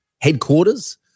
headquarters